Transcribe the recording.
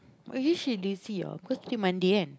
but then she lazy ah because today monday kan